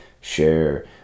share